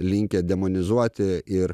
linkę demonizuoti ir